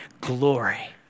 glory